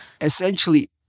essentially